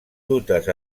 dutes